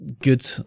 good